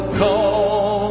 call